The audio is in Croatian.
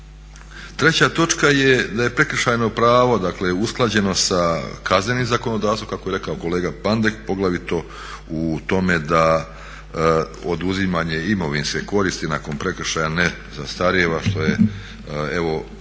Treća točka je da je prekršajno pravo usklađeno sa Kaznenim zakonodavstvom kako je rekao kolega Pandek poglavito u tome da oduzimanje imovinske koristi nakon prekršaja ne zastarijeva što je evo